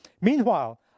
Meanwhile